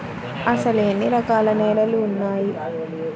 అసలు ఎన్ని రకాల నేలలు వున్నాయి?